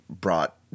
brought